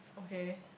okay